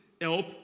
help